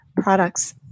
products